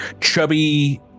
chubby